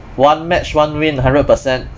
one match one win hundred percent